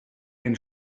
den